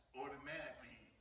automatically